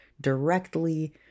directly